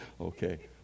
Okay